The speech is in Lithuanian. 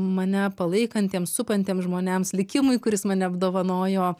mane palaikantiems supantiems žmonėms likimui kuris mane apdovanojo